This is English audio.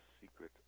Secret